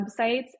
websites